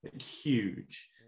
huge